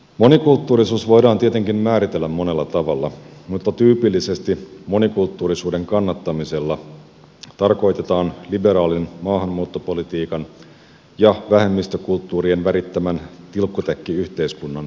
monikulttuurisuus voidaan tietenkin määritellä monella tavalla mutta tyypillisesti monikulttuurisuuden kannattamisella tarkoitetaan liberaalin maahanmuuttopolitiikan ja vähemmistökulttuurien värittämän tilkkutäkkiyhteiskunnan kannattamista